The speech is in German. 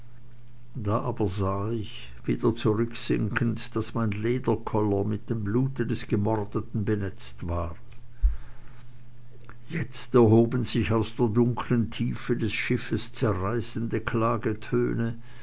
das aber sah ich wieder zurücksinkend daß mein lederkoller mit dem blute des gemordeten benetzt war jetzt erhoben sich aus der dunkeln tiefe des schiffes zerreißende